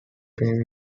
pay